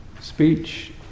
Speech